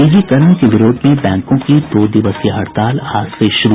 निजीकरण के विरोध में बैंकों की दो दिवसीय हड़ताल आज से शुरू